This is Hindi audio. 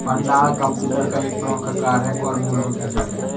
भंडारण कंप्यूटर का एक मुख्य कार्य और मूलभूत घटक है